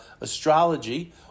astrology